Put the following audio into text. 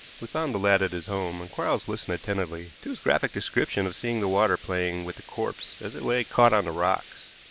we found the lad at his home, and quarles listened attentively to his graphic description of seeing the water playing with the corpse as it lay caught on the rocks.